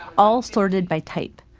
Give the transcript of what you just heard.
all sorted by type.